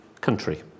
country